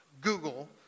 Google